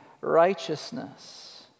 righteousness